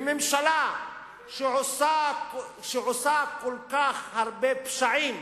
וממשלה שעושה כל כך הרבה פשעים